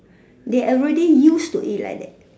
they already used to it like that